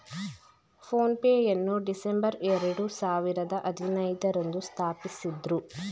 phone pay ಯನ್ನು December ಎರಡು ಸಾವಿರದ ಹದಿನೈದು ರಂದು ಸ್ಥಾಪಿಸಿದ್ದ್ರು